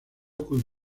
con